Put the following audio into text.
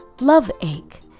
love-ache